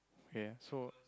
okay so